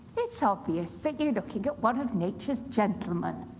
it's obvious that you're looking at one of nature's gentlemen.